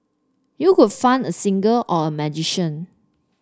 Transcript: you could fund a singer or a magician